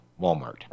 Walmart